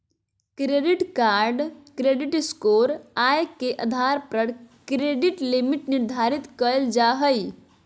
credit card credit score, आय के आधार पर क्रेडिट लिमिट निर्धारित कयल जा हइ